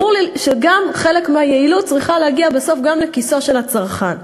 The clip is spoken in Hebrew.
ברור לי שגם חלק מהיעילות צריכה להגיע בסוף גם לכיסו של הצרכן.